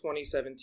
2017